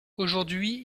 aujourd’hui